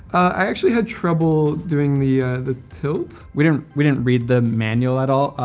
i actually had trouble doing the the tilt. we didn't we didn't read the manual at all.